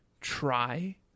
try